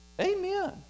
Amen